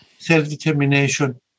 self-determination